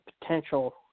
potential